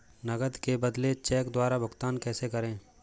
नकद के बदले चेक द्वारा भुगतान कैसे करें?